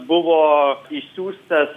buvo išsiųstas